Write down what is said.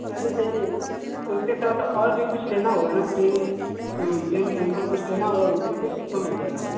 अरे सर जी उसके साथ और भी कुछ लेना होगा न पेन पेन पेंसिल कुछ लेना होगा उसमें कुछ कम हो जाएगा